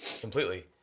completely